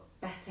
better